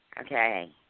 Okay